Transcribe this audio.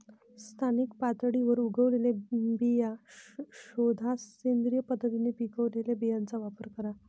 स्थानिक पातळीवर उगवलेल्या बिया शोधा, सेंद्रिय पद्धतीने पिकवलेल्या बियांचा वापर करा